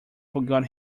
forgot